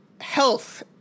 health